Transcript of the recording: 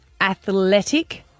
athletic